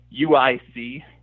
UIC